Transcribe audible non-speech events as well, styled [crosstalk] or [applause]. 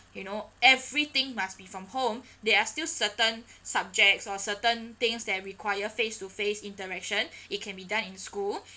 you know everything must be from home they are still certain [breath] subjects or certain things that require face to face interaction [breath] it can be done in school [breath]